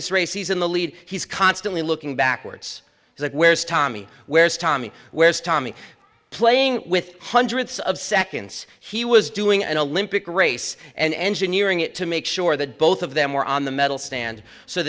this race he's in the lead he's constantly looking backwards it's like where's tommy where's tommy where's tommy playing with hundreds of seconds he was doing an olympic race and engineering it to make sure that both of them were on the medal stand so